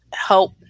help